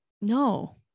no